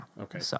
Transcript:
Okay